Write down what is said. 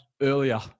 earlier